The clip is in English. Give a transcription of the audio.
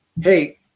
Hey